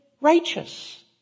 Righteous